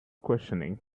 questioning